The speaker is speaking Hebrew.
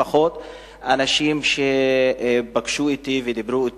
לפחות את האנשים שפגשו אותי ודיברו אתי: